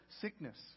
Sickness